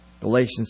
Galatians